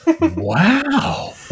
wow